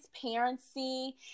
transparency